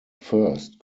first